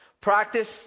Practice